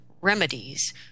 remedies